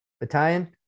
Battalion